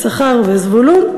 יששכר וזבולון.